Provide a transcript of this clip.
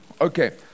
Okay